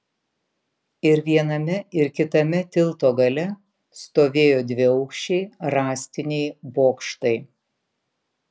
ir viename ir kitame tilto gale stovėjo dviaukščiai rąstiniai bokštai